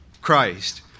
Christ